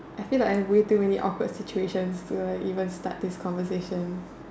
I feel like I have way too many awkward situations to like even start this conversation